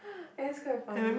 then it's quite funny